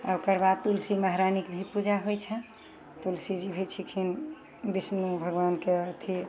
ओकरबाद तुलसी महरानीके भी पूजा होइ छनि तुलसी जी भी छथिन विष्णु भगवानके अथी